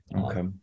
Okay